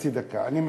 חצי דקה, אני מבקש.